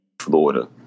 Florida